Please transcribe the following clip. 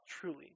truly